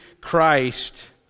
Christ